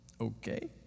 Okay